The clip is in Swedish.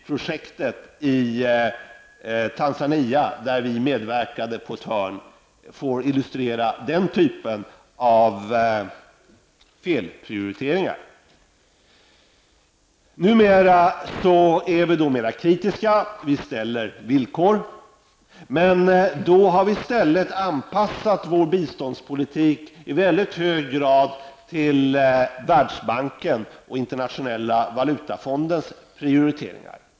Projektet med Ujamaa-byar i Tanzania, där vi medverkade på ett hörn, kan illustrera den här typen av felprioriteringar. Numera är vi mera kritiska. Vi ställer villkor, och då har vi i stället anpassat vår biståndspolitik i väldigt hög grad till Världsbankens och Internationella valutafondens prioriteringar.